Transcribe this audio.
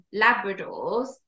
Labradors